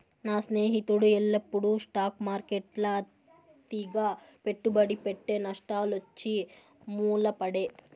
నా స్నేహితుడు ఎల్లప్పుడూ స్టాక్ మార్కెట్ల అతిగా పెట్టుబడి పెట్టె, నష్టాలొచ్చి మూల పడే